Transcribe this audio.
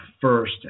first